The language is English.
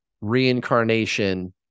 reincarnation